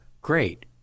Great